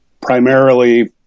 primarily